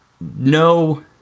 no